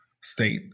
state